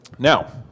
Now